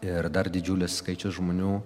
ir dar didžiulis skaičius žmonių